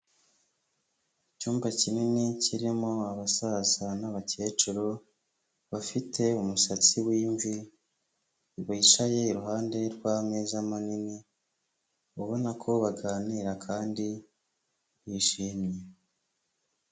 Icyumba kinini kirimo abasaza n'abakecuru bafite umusatsi w'imvi bicaye iruhande rw'ameza manini, ubona ko baganira kandi bishimye.